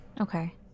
Okay